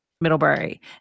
Middlebury